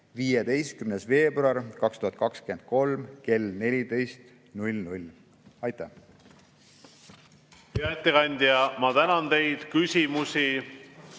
15. veebruar 2023 kell 14. Aitäh!